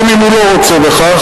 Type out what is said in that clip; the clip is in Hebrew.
גם אם הוא לא רוצה בכך,